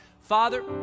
Father